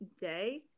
day